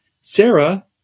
Sarah